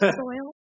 soil